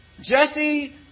Jesse